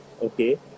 Okay